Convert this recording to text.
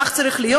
כך צריך להיות.